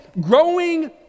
growing